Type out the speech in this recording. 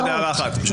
עוד הערה אחת.